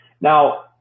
Now